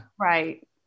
Right